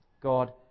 God